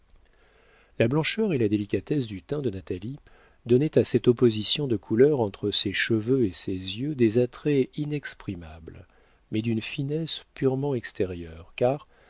la blancheur et la délicatesse du teint de natalie donnaient à cette opposition de couleur entre ses cheveux et ses yeux des attraits inexprimables mais d'une finesse purement extérieure car